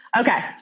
okay